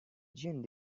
june